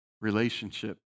relationship